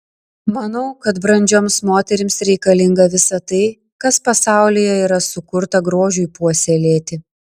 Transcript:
manau kad brandžioms moterims reikalinga visa tai kas pasaulyje yra sukurta grožiui puoselėti